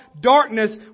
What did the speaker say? darkness